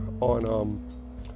on